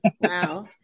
Wow